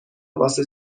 واسه